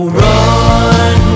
run